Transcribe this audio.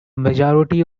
majority